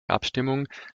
abstimmung